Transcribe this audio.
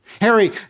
harry